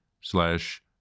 slash